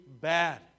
bad